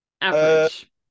Average